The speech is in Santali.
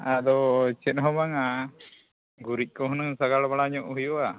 ᱟᱫᱚ ᱪᱮᱫ ᱦᱚᱸ ᱵᱟᱝ ᱟ ᱜᱩᱨᱤᱡ ᱠᱚ ᱦᱩᱱᱟᱹᱜ ᱥᱟᱜᱟᱲ ᱵᱟᱲᱟ ᱧᱚᱜ ᱦᱩᱭᱩᱜᱼᱟ